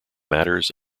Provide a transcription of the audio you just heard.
matters